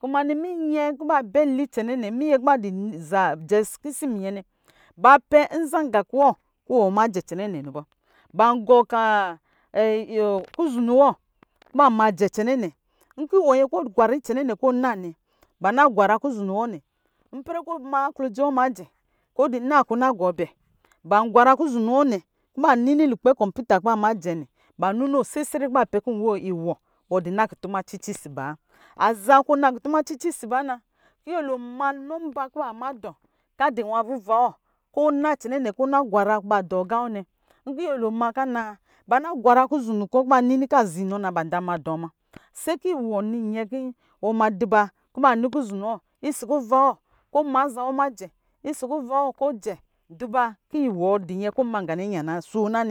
Kuma ni minyɛ kiba bɛ li cɛnɛ nɛ, minyɛ kiba diza jɛ kisi minyɛ nɛ ba pɛ nza nga kɔ wɔ majɛ cɛ nɛnɛ nɛ bɔ ban gɔ ka kuzunu wɔ majɛ cɛnɛ nɛ nki nyɛ kɔ gwari cɛnɛnɛ ba na gwara kuzunu wɔ nɛ ipɛrɛ kɔ ma klodzi wɔ majɛ kɔdi na kɔna kɔna gɔbɛ ban gwara kuzuznu wɔnr ki ba nini lukpɛ cɔmputa ki ba majɛ nɛ ban ninɔ sesere ki ba pɛ ki nwo wɔdi na kutuma cici sibaa aja ziba nka za kɔ na kutuma cici sibana kiyolo ma nɔmba ki bama dɔ ka di nwa vivao kɔ na cɛnɛ nɛ kɔ na gwara ki ba dɔ gawɔ nɛ kiyolo ma kana ba na gwarara kuzunu kɔ ku ba nini ka ziinɔ na ba za madɔ ma, sekiwɔ nyeki ɔma di ba kiba ni kuzunu wɔ isi kuvawɔ kɔ maza wɔ ma jɛ isi kuvao kɔjɛ di baki wɔɔ di nyɛkɔ ma ganɛ di ba sona,